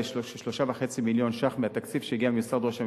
ב-3.5 מיליון ש"ח מהתקציב שהגיע ממשרד ראש הממשלה,